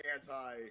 anti